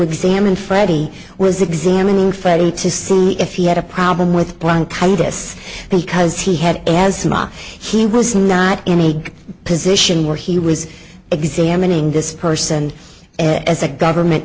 examined freddy was examining friday to see if he had a problem with bronchitis because he had asthma he was not in a position where he was examining this person as a government